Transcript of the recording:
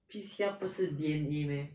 P_C_R 不是 D_N_A meh